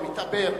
או מתעבר,